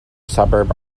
suburb